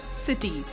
City